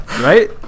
right